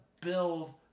build